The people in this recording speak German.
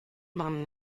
man